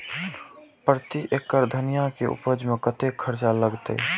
प्रति एकड़ धनिया के उपज में कतेक खर्चा लगते?